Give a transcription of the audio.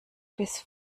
bis